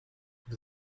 vous